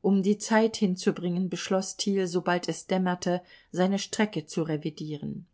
um die zeit hinzubringen beschloß thiel sobald es dämmerte seine strecke zu revidieren